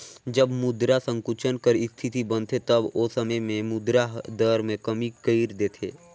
जब मुद्रा संकुचन कर इस्थिति बनथे तब ओ समे में मुद्रा दर में कमी कइर देथे